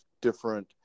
different